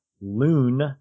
loon